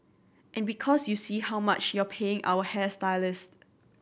and because you see how much you're paying your hairstylist